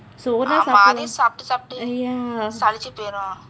so ஒரு நாள் சாப்பிட:oru naal saappida uh ya